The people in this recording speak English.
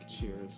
Cheers